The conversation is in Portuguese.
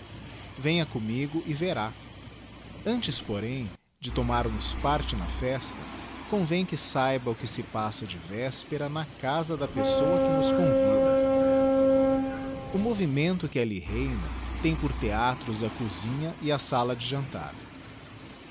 venha commigo e verá antes porém de tomarmos parte na festa convém que saiba o que se passa de véspera na casa da pessoa que nos convida o movimento que alli reina tem por theatros a cosinha e a sala de jantar